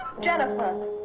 Jennifer